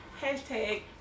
hashtag